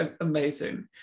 amazing